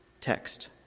text